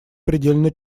предельно